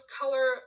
color